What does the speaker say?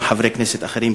וגם חברי כנסת אחרים,